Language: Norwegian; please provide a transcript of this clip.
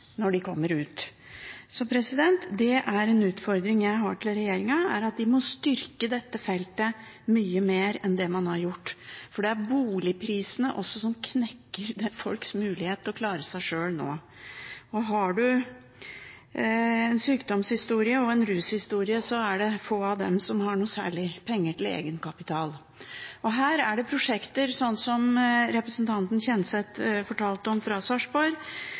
når de kommer ut. Det er en utfordring jeg har til regjeringen, og det er at de må styrke dette feltet mye mer enn det de har gjort, for det er boligprisene som knekker folks mulighet til å klare seg sjøl nå. Har man en sykdomshistorie og en rushistorie, er det få av dem som har noe særlig penger til egenkapital. Det er prosjekter, som dem representanten Kjenseth fortalte om fra Sarpsborg.